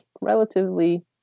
relatively